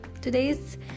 today's